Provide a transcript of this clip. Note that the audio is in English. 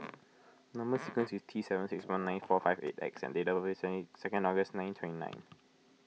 Number Sequence is T seven six one nine four five eight X and date of birth is any second August nineteen twenty nine